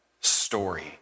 story